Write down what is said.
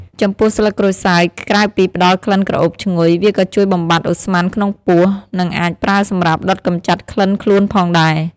ចំពោះស្លឹកក្រូចសើច ក្រៅពីផ្តល់ក្លិនក្រអូបឈ្ងុយ វាក៏ជួយបំបាត់ឧស្ម័នក្នុងពោះ និងអាចប្រើសម្រាប់ដុសកម្ចាត់ក្លិនខ្លួនផងដែរ។